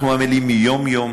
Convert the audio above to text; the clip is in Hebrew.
אנחנו עמלים יום-יום,